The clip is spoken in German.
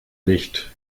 nicht